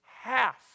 half